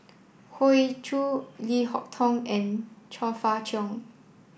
Hoey Choo Leo Hee Tong and Chong Fah Cheong